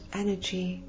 energy